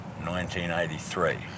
1983